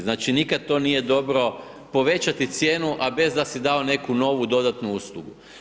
Znači nikad to nije dobro povećati cijenu, a bez da si dao neku novu dodatnu uslugu.